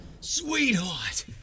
Sweetheart